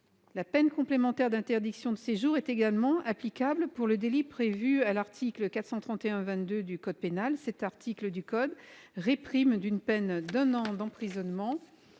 La peine complémentaire d'interdiction de séjour est également applicable au délit prévu à l'article 431-22 du code pénal, qui réprime d'une peine d'un an d'emprisonnement